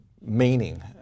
meaning